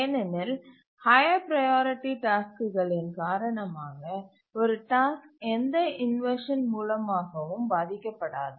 ஏனெனில் higher priority டாஸ்க்குகளின் காரணமாக ஒரு டாஸ்க் எந்த இன்வர்ஷன் மூலமாகவும் பாதிக்கப்படாது